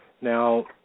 Now